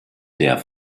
der